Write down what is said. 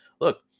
Look